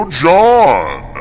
john